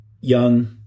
young